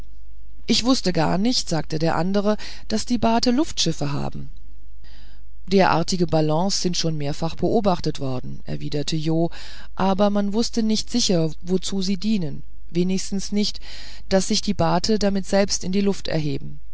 ich wußte gar nicht sagte ein andrer daß die bate luftschiffe haben derartige ballons sind schon mehrfach beobachtet worden erwiderte jo aber man wußte nicht sicher wozu sie dienen wenigstens nicht daß sich die bate damit selbst in die luft erheben